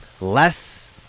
less